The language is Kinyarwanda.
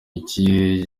igihe